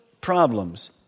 problems